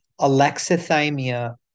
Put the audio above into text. alexithymia